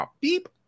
beep